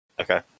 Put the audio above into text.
Okay